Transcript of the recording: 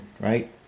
right